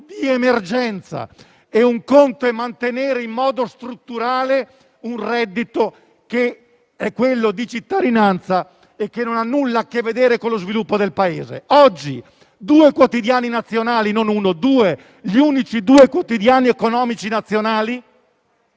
di emergenza; altro conto è mantenere in modo strutturale un reddito, quello di cittadinanza, che non ha nulla a che vedere con lo sviluppo del Paese. Oggi due quotidiani nazionali (non uno, ma due), gli unici due quotidiani economici nazionali,